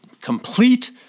complete